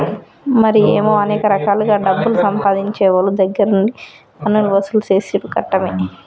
మరి ఏమో అనేక రకాలుగా డబ్బులు సంపాదించేవోళ్ళ దగ్గర నుండి పన్నులు వసూలు సేసుడు కట్టమే